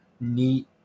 neat